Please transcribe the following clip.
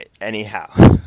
Anyhow